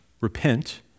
Repent